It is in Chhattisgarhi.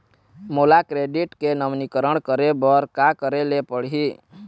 मोला क्रेडिट के नवीनीकरण करे बर का करे ले पड़ही?